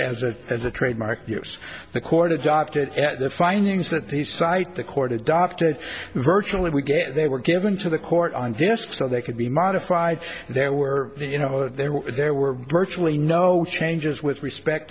as a as a trademark the court adopted at the findings that the cite the court adopted virtually we get they were given to the court on this so they could be modified and there were you know there were there were virtually no changes with respect